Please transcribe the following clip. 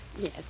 Yes